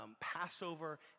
Passover